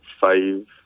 five